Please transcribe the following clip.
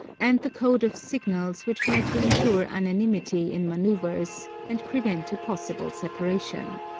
and the code of signals which were to ensure unanimity in manoeuvres, and prevent a possible separation.